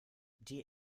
die